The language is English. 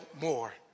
more